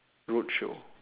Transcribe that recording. road show